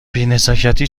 بینزاکتی